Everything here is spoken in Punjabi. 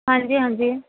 ਹਾਂਜੀ ਹਾਂਜੀ